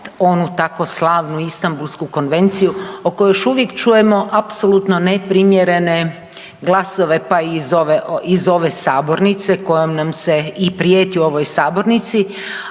onu tko slavnu Istambulsku konvenciju o kojoj još uvijek čujemo apsolutno neprimjerene glasove pa i iz ove sabornice kojom nam se i prijeti u ovoj sabornici,